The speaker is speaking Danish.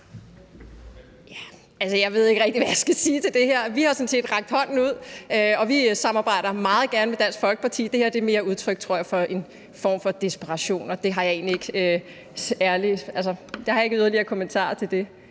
Jeg ved ikke rigtig, hvad jeg skal sige til det her. Vi har sådan set rakt hånden ud, og vi samarbejder meget gerne med Dansk Folkeparti. Det her tror jeg mere er udtryk for en form for desperation, og det har jeg ikke yderligere kommentarer til.